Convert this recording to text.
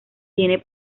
tiene